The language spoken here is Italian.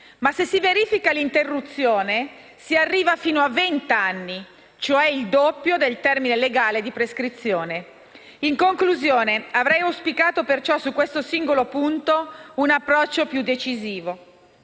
se si verifica l'interruzione, si arriva fino a vent'anni, cioè il doppio del termine legale di prescrizione. In conclusione, avrei auspicato su questo singolo punto un approccio più deciso.